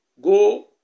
Go